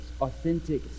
authentic